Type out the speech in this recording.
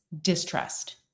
distrust